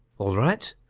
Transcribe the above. all right.